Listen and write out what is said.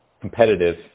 competitive